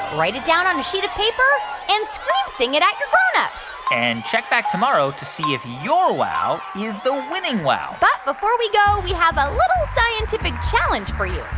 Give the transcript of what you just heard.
write it down on a sheet of paper and scream-sing it at your grown-ups and check back tomorrow to see if your wow is the winning wow but before we go, we have a little scientific challenge for you.